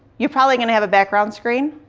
you're probably going to have a background screen.